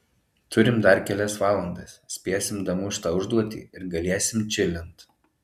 turim dar kelias valandas spėsim damušt tą užduotį ir galėsim čilint